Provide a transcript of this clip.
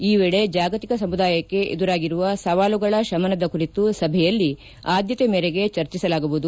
ಈ ವೇಳೆ ಜಾಗತಿಕ ಸಮುದಾಯಕ್ಕೆ ಎದುರಾಗಿರುವ ಸವಾಲುಗಳ ಶಮನದ ಕುರಿತು ಸಭೆಯಲ್ಲಿ ಆದ್ದತೆ ಮೇರೆಗೆ ಚರ್ಚಿಸಲಾಗುವುದು